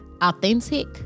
authentic